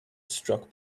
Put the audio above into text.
struck